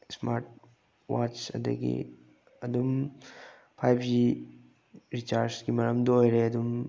smart watch ꯑꯗꯒꯤ ꯑꯗꯨꯝ five G ꯔꯤꯆꯥꯔꯁꯀꯤ ꯃꯔꯝꯗ ꯑꯣꯏꯔꯦ ꯑꯗꯨꯝ